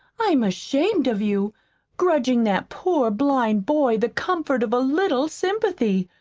i'm ashamed of you grudgin' that poor blind boy the comfort of a little sympathy!